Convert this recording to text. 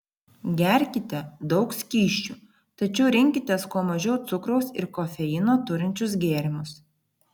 gerkite daug skysčių tačiau rinkitės kuo mažiau cukraus ir kofeino turinčius gėrimus